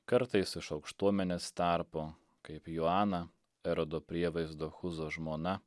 kartais iš aukštuomenės tarpo kaip joana erodo prievaizdo chuzo žmona